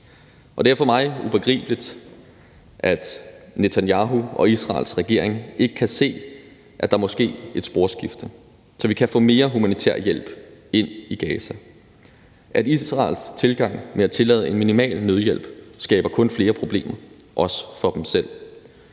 Det er for mig ubegribeligt, at Netanyahu og Israels regering ikke kan se, at der må ske et sporskifte, så vi kan få mere humanitær hjælp ind i Gaza, og at Israels tilgang med at tillade en minimal nødhjælp kun skaber flere problemer, også for dem selv